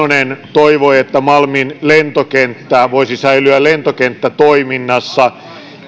toivoi että malmin lentokenttä voisi säilyä lentokenttätoiminnassa